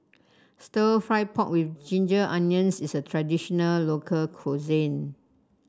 Stir Fried Pork with Ginger Onions is a traditional local cuisine